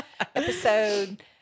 Episode